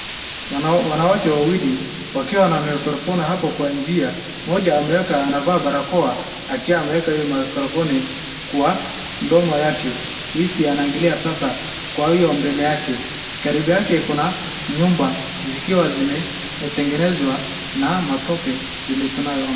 Wanawake wawili wakiwa na microphone hapo kwa njia. Mmoja ameweka anavaa barakoa akiwa amewela hiyo maikrofoni kwa mdomo yake hizi anangalia sasa kwa hiyo mbele yake. Karibu yake kuna nyumba zikiwa zimetengenezwa na matope vile tunayoona.